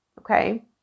Okay